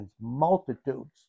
multitudes